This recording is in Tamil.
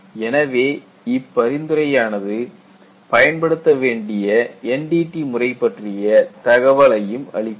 எனவே இப்பரிந்துரை யானது பயன்படுத்த வேண்டிய NDT முறை பற்றிய தகவலையும் அளிக்கிறது